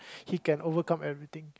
he can overcome everything